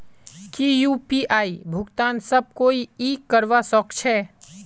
की यु.पी.आई भुगतान सब कोई ई करवा सकछै?